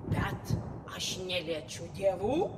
bet aš neliečiu dievų